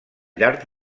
llarg